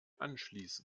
anschließen